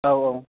औ औ